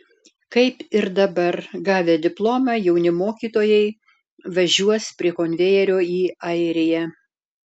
kaip ir dabar gavę diplomą jauni mokytojai važiuos prie konvejerio į airiją